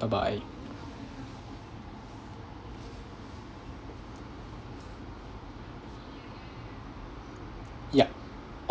bye bye yup